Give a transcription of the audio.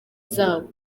zabo